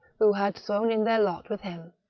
who had thrown in their lot with him.